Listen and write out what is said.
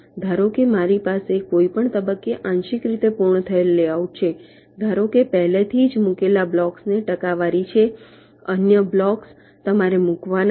ધારો કે મારી પાસે કોઈપણ તબક્કે આંશિક રીતે પૂર્ણ થયેલ લેઆઉટ છે ધારો કે પહેલાથી જ મૂકેલા બ્લોક્સની ટકાવારી છે અન્ય બ્લોક્સ તમારે મૂકવાના છે